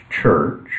church